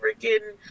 freaking